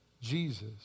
Jesus